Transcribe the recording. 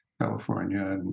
California